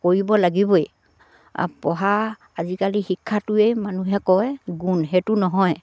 কৰিব লাগিবই পঢ়া আজিকালি শিক্ষাটোৱেই মানুহে কয় গুণ সেইটো নহয়